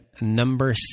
number